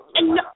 no